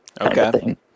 Okay